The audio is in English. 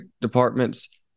departments